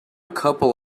couple